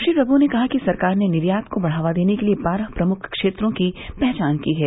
श्री प्रमु ने कहा कि सरकार ने निर्यात को बढ़ावा देने के लिए बारह प्रमुख क्षेत्रों की पहचान की है